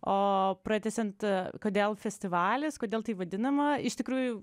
o pratęsiant kodėl festivalis kodėl tai vadinama iš tikrųjų